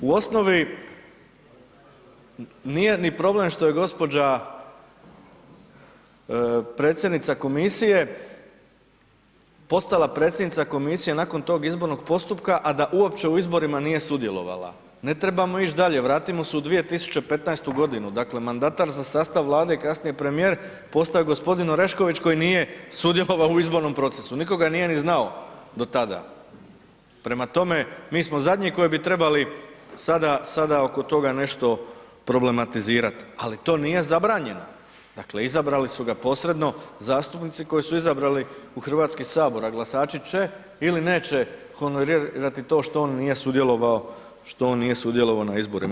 U osnovi, nije ni problem što je gospođa predsjednica komisije postala predsjednica komisije nakon tog izbornog postupka, a da uopće u izborima nije sudjelovala, ne trebamo ići dalje, vratimo se u 2015.g., dakle mandatar za sastav Vlade i kasnije premijer postao je g. Orešković koji nije sudjelovao u izbornom procesu nitko ga nije ni znao do tada, prema tome mi smo zadnji koji bi trebali sada oko toga nešto problematizirat, ali to nije zabranjeno, dakle izabrali su ga posredno zastupnici koji su izabrali u HS, a glasaći će ili neće honorirati to što on nije sudjelovao na izborima.